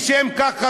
לשם כך,